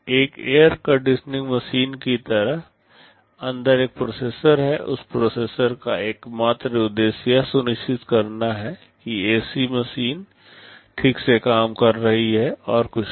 एक air conditioning machine की तरह अंदर एक प्रोसेसर है उस प्रोसेसर का एकमात्र उद्देश्य यह सुनिश्चित करना है कि एसी मशीन ठीक से काम कर रही है और कुछ नहीं